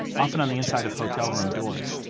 often on the inside of hotel room doors,